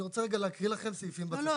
אני רוצה להקריא לכם סעיפים בתקנות.